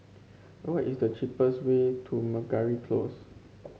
what is the cheapest way to Meragi Close